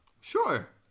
Sure